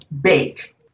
bake